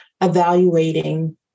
evaluating